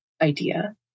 idea